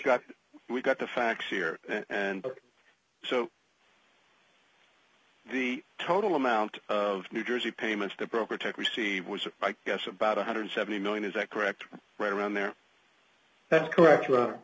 got we've got the facts here and so the total amount of new jersey payments to protest received was i guess about one hundred and seventy million is that correct right around there that's correct